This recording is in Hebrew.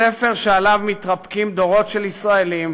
ספר שעליו מתרפקים דורות של ישראלים